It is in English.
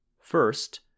First